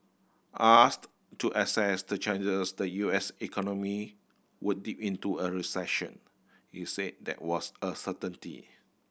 asked to assess the changes the U S economy would dip into a recession he said that was a certainty